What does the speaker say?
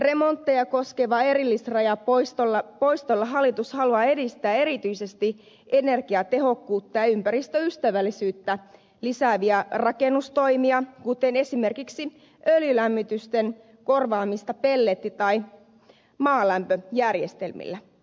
remontteja koskevan erillisrajan poistolla hallitus haluaa edistää erityisesti energiatehokkuutta ja ympäristöystävällisyyttä lisääviä rakennustoimia kuten esimerkiksi öljylämmitysten korvaamista pelletti tai maalämpöjärjestelmillä